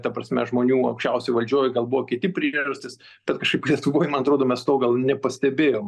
ta prasme žmonių aukščiausioj valdžioj galbūt kiti priežastys tad kažkaip lietuvoj man atrodo mes to gal nepastebėjom